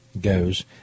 goes